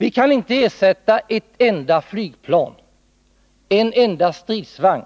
Vi kan inte ersätta ett enda flygplan, en enda stridsvagn